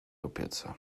opiece